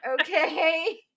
okay